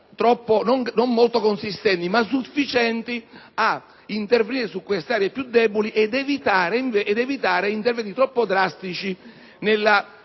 non molto consistenti, ma sufficienti ad intervenire sulle aree più deboli, evitando interventi troppo drastici sul